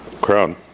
crowd